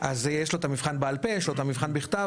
יש לו המבחן בעל פה יש לו את המבחן בכתב,